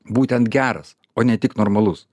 būtent geras o ne tik normalus